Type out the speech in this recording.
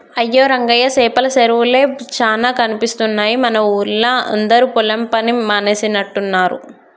అయ్యో రంగయ్య సేపల సెరువులే చానా కనిపిస్తున్నాయి మన ఊరిలా అందరు పొలం పని మానేసినట్టున్నరు